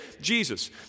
Jesus